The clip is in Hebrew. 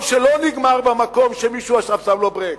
שלא נגמר במקום שמישהו עכשיו שם לו ברקס.